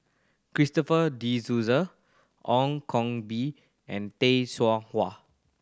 Christopher De Souza Ong Koh Bee and Tay Seow Huah